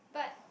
but